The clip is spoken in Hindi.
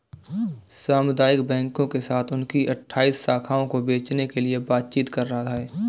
सामुदायिक बैंकों के साथ उनकी अठ्ठाइस शाखाओं को बेचने के लिए बातचीत कर रहा है